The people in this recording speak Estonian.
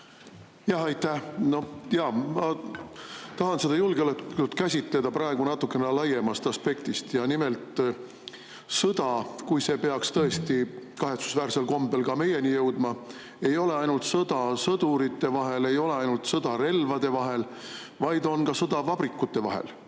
Aitäh! Ma tahan praegu julgeolekut käsitleda natukene laiemast aspektist. Nimelt sõda, kui see peaks tõesti kahetsusväärsel kombel meieni jõudma, ei ole ainult sõda sõdurite vahel, ei ole ainult sõda relvade vahel, vaid on ka sõda vabrikute vahel.